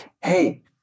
Hey